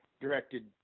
directed